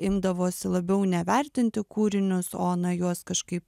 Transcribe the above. imdavosi labiau ne vertinti kūrinius o na juos kažkaip